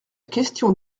question